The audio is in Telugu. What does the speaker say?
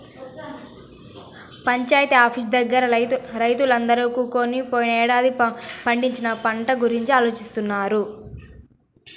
పంచాయితీ ఆఫీసు దగ్గర రైతులందరూ కూకొని పోయినేడాది పండించిన పంట గురించి ఆలోచిత్తన్నారు